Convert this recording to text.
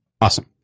awesome